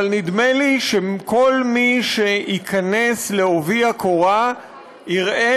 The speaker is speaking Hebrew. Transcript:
אבל נדמה לי שכל מי שייכנס בעובי הקורה יראה